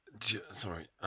Sorry